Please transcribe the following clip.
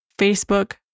Facebook